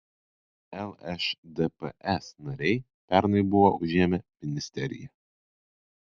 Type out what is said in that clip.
lšdps nariai pernai buvo užėmę ministeriją